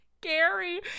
Gary